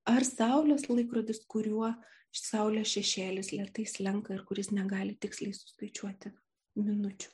ar saulės laikrodis kuriuo saulės šešėlis lėtai slenka ir kuris negali tiksliai suskaičiuoti minučių